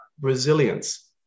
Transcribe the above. resilience